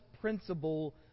principle